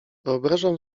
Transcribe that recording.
wyobrażam